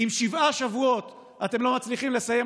שבעה שבועות שאוכלוסייה